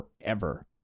forever